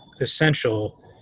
essential